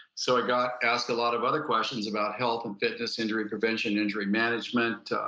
so i got asked a lot of other questions about health and fitness, injury prevention, injury management,